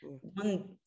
one